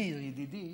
מאיר ידידי